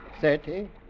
Thirty